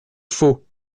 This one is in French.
faut